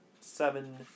seven